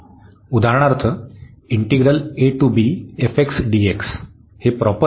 उदाहरणार्थ प्रॉपर आहे